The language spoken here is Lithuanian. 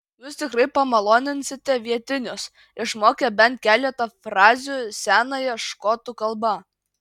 jūs tikrai pamaloninsite vietinius išmokę bent keletą frazių senąją škotų kalba